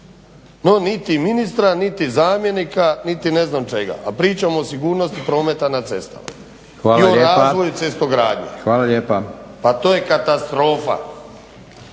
No, niti ministra niti zamjenika niti ne znam čega, a pričamo o sigurnosti prometa na cestama i o razvoju cestogradnje. Pa to je katastrofa!